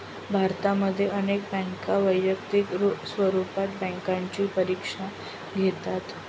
भारतामध्ये अनेक बँका वैयक्तिक स्वरूपात बँकेची परीक्षा घेतात